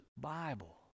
Bible